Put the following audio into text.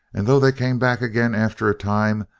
and though they came back again after a time,